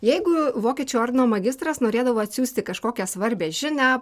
jeigu vokiečių ordino magistras norėdavo atsiųsti kažkokią svarbią žinią